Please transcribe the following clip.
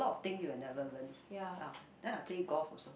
ya